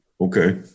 Okay